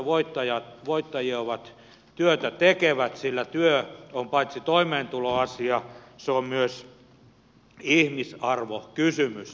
työssä voittajia ovat työtä tekevät sillä työ on paitsi toimeentuloasia myös ihmisarvokysymys